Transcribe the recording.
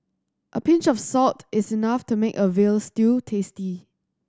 a pinch of salt is enough to make a veal stew tasty